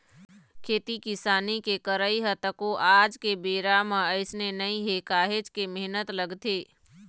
खेती किसानी के करई ह तको आज के बेरा म अइसने नइ हे काहेच के मेहनत लगथे